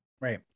Right